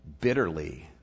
bitterly